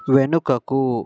వెనుకకు